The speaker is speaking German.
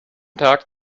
tag